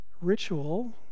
ritual